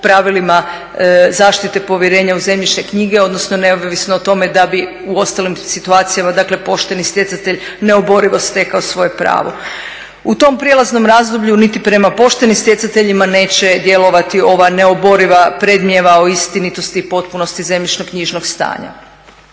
o pravilima zaštite povjerenja u zemljišne knjige, odnosno neovisno o tome da bi u ostalim situacijama, dakle pošteni stjecatelj neoborivo stekao svoje pravo. U tom prijelaznom razdoblju niti prema poštenim stjecateljima neće djelovati ova neoboriva …/Govornik se ne razumije./… o istinitosti i potpunosti zemljišno-knjižnog stanja.